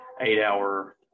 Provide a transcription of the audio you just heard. eight-hour